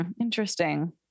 Interesting